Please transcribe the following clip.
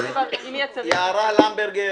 יערה למברגר,